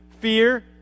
fear